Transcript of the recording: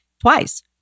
twice